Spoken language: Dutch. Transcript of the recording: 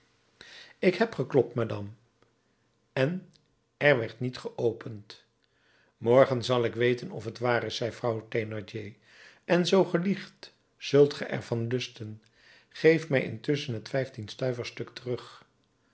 ik heb geklopt madame en er werd niet geopend morgen zal ik weten of t waar is zei vrouw thénardier en zoo ge liegt zult ge er van lusten geef mij intusschen het vijftienstuiversstuk terug